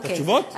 אוקיי.